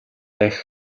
дахь